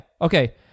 Okay